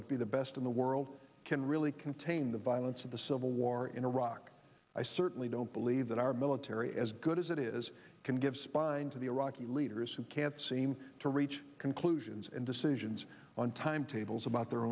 would be the best in the world can really contain the violence of the civil war in iraq i certainly don't believe that our military as good as it is can give spine to the iraqi leaders who can't seem to reach conclusions and decisions on timetables about their